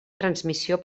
transmissió